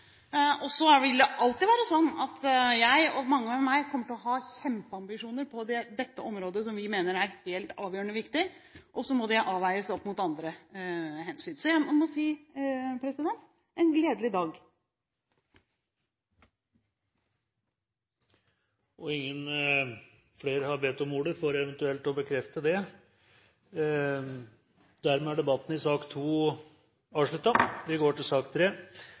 Jeg, og mange med meg, kommer alltid til å ha kjempeambisjoner på dette området, som vi mener er helt avgjørende viktig, og så må det veies opp mot andre hensyn. Så jeg må si det er en gledelig dag! Flere har ikke bedt om ordet til sak nr. 2 – for eventuelt å bekrefte det! Etter ønske fra kirke-, utdannings- og forskningskomiteen vil presidenten foreslå at taletiden begrenses til